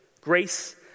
grace